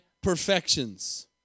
perfections